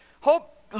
Hope